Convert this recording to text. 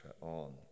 on